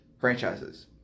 franchises